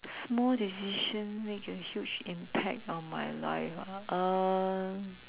small decision make a huge impact on my life ah uh